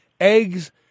eggs